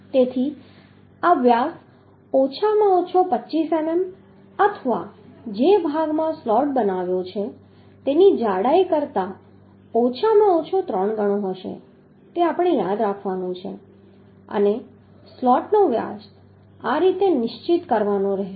તેથી આ વ્યાસ ઓછામાં ઓછો 25 મીમી અથવા જે ભાગમાં સ્લોટ બનાવ્યો છે તેની જાડાઈ કરતાં ઓછામાં ઓછો ત્રણ ગણો હશે તે આપણે યાદ રાખવાનું છે અને સ્લોટનો વ્યાસ આ રીતે નિશ્ચિત કરવાનો રહેશે